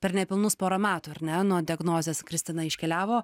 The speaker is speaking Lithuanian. per nepilnus porą metų ar ne nuo diagnozės kristina iškeliavo